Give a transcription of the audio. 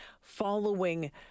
Following